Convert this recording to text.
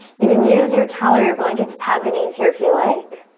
you can use your towel or your blanket to pad the knees here if you like.